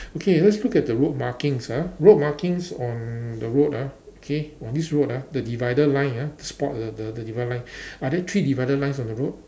okay let's look at the road markings ah road markings on the road ah okay !wah! this road ah the divider line ah spot the the the divider line are there three divider lines on the road